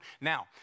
Now